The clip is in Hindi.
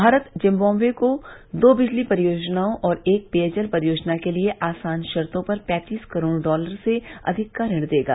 भारत जिम्बाबे को दो बिजली परियोजनाओं और एक पेयजल परियोजना के लिए आसान शर्तों पर पैंतीस करोड़ डॉलर से अधिक का ऋण देगा